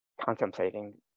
contemplating